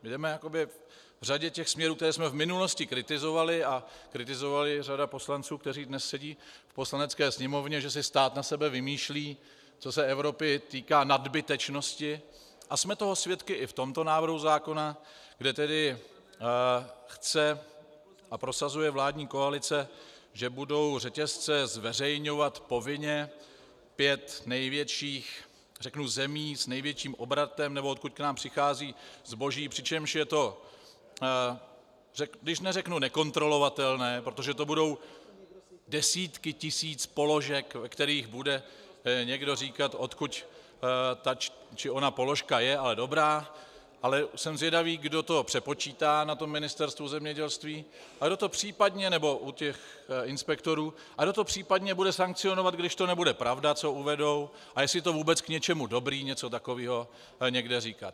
Jdeme jakoby v řadě těch směrů, které jsme v minulosti kritizovali, a kritizovala je řada poslanců, kteří dnes sedí v Poslanecké sněmovně, že si stát na sebe vymýšlí, co se Evropy týká, nadbytečnosti, a jsme toho svědky i v tomto návrhu zákona, kde chce a prosazuje vládní koalice, že budou řetězce zveřejňovat povinně pět největších, řeknu, zemí s největším obratem, nebo odkud k nám přichází zboží, přičemž je to, když neřeknu nekontrolovatelné, protože to budou desítky tisíc položek, ve kterých bude někdo říkat, odkud ta či ona položka je, ale dobrá, ale jsem zvědavý, kdo to přepočítá na Ministerstvu zemědělství nebo u těch inspektorů, ale kdo to případně bude sankcionovat, když to nebude pravda, co uvedou, a jestli to vůbec k něčemu dobré něco takového někde říkat.